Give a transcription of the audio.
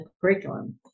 curriculum